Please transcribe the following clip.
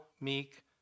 meek